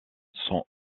son